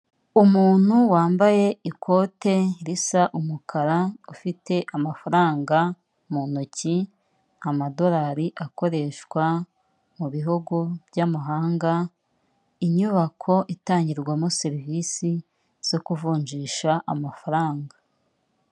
Umuntu wambaye ikote risa umukara ufite amafaranga mu ntoki amadolari akoreshwa mu bihugu by'amahanga inyubako itangirwamo serivisi zo kuvunjisha amafaranga.